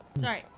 Sorry